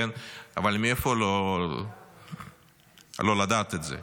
אבל מאיפה לו לדעת את זה.